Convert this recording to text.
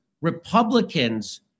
Republicans